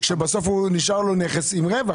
שבסוף הוא נשאר לו נכס עם רווח.